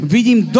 Vidím